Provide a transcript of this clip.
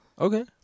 Okay